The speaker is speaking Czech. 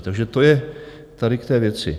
Takže to je tady k té věci.